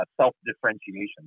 self-differentiation